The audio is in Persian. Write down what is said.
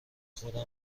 خودم